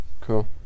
Cool